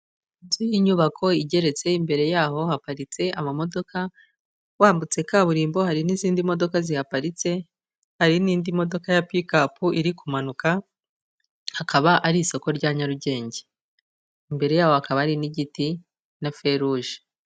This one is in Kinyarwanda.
Inzu y'inyubako igeretse imbere yaho haparitse amamodoka, wambutse kaburimbo hari n'izindi modoka zihaparitse, hari n'indi modoka ya pick up iri kumanuka, hakaba hari isoko rya Nyarugenge, imbere yaho hakaba hari n'igiti na feruje.